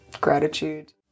gratitude